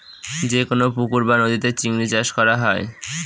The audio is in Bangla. যেকোনো পুকুর বা নদীতে চিংড়ি চাষ করা হয়